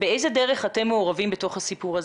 באיזו דרך אתם מעורבים בנושא,